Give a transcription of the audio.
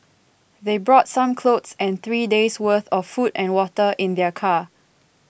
they brought some clothes and three days' worth of food and water in their car